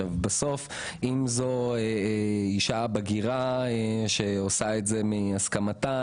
בסוף אם זו אישה בגירה שעושה את זה מהסכמתה,